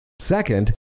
Second